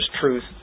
truth